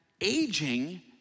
aging